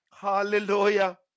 Hallelujah